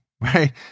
right